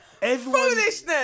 Foolishness